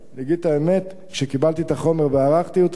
אני אגיד את האמת, כשקיבלתי את החומר וערכתי אותו,